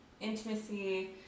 intimacy